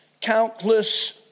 countless